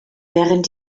während